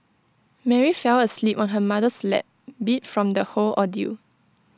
Mary fell asleep on her mother's lap beat from the whole ordeal